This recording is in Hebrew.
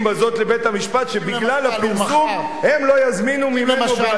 בזאת לבית-המשפט שבגלל הפרסום הם לא יזמינו ממנו בעתיד,